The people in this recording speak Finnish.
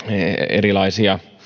erilaisia